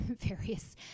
various